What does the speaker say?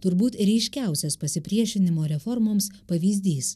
turbūt ryškiausias pasipriešinimo reformoms pavyzdys